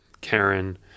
Karen